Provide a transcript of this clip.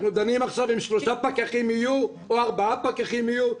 דנים עכשיו אם יהיו שלושה פקחים או ארבעה פקחים יהיו.